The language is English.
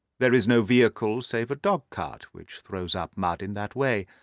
there is no vehicle save a dog-cart which throws up mud in that way,